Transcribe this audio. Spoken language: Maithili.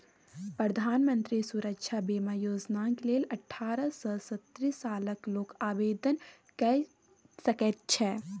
प्रधानमंत्री सुरक्षा बीमा योजनाक लेल अठारह सँ सत्तरि सालक लोक आवेदन कए सकैत छै